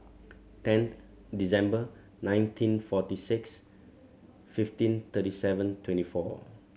tenth December nineteen forty six fifteen thirty seven twenty four